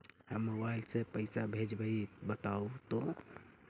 हम मोबाईल से पईसा भेजबई बताहु तो?